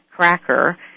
cracker